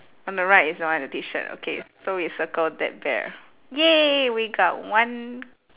on the right is the one with the T shirt okay so we circle that bear !yay! we got one